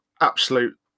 absolute